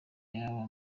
yaba